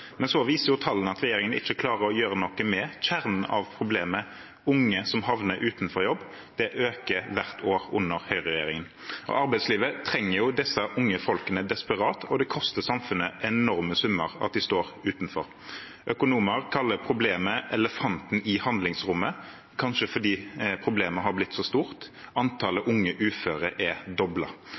Men så viser jo tallene at regjeringen ikke klarer å gjøre noe med kjernen av problemet. Antall unge som havner utenfor jobb, øker hvert år under høyreregjeringen. Arbeidslivet trenger disse unge folkene desperat, og det koster samfunnet enorme summer at de står utenfor. Økonomer kaller problemet «elefanten i handlingsrommet», kanskje fordi problemet har blitt så stort. Antallet unge uføre er